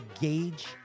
gauge